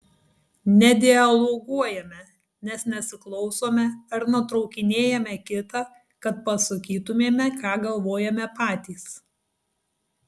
nedialoguojame nes nesiklausome ar nutraukinėjame kitą kad pasakytumėme ką galvojame patys